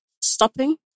stopping